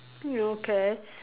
okay